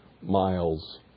miles